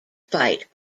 fight